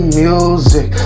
music